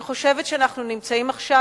אני חושבת שאנחנו נמצאים עכשיו,